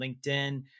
LinkedIn